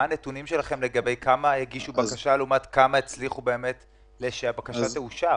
מה הנתונים שלכם לגבי כמה הגישו בקשה לעומת כמה הצליחו שהבקשה תאושר?